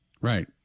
Right